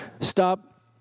stop